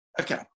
okay